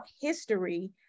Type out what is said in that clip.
history